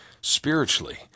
spiritually